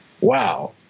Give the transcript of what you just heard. wow